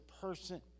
person